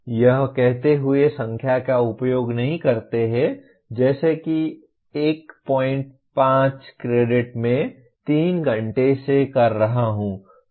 हम यह कहते हुए संख्या का उपयोग नहीं करते हैं जैसे कि 15 क्रेडिट मैं 3 घंटे से कर रहा हूं